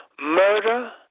murder